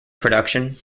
production